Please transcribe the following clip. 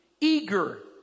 eager